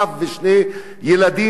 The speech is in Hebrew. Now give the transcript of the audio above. אב ושני ילדים,